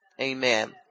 Amen